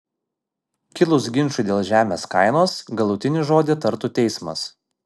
kilus ginčui dėl žemės kainos galutinį žodį tartų teismas